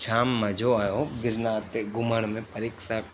छा मजो आयो गिरनार ते घुमण में परिक्सत